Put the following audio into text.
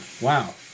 wow